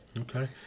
Okay